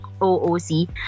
OOC